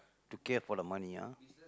to care for money ah